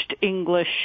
English